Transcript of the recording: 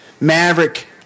Maverick